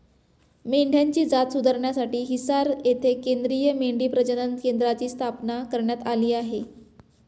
मेंढ्यांची जात सुधारण्यासाठी हिसार येथे केंद्रीय मेंढी प्रजनन केंद्राची स्थापना करण्यात आली आहे